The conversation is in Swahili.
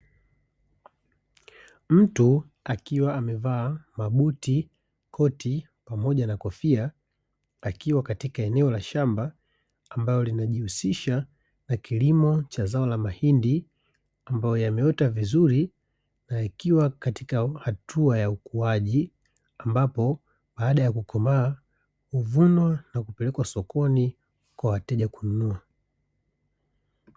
Mtu akiwa amevaa mabuti, koti pamoja na kofia akiwa katika eneo la shamba ambalo linajihusisha na kilimo cha zao la ya mahindi ambayo yameota vizuri na ikiwa katika hatua ya ukuaji ambapo baada ya kukomaa huvunwa na kupelekwa sokoni kwa wateja kununua.